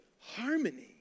harmony